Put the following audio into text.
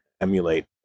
emulate